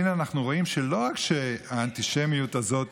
והינה אנחנו רואים שלא רק שהאנטישמיות הזאת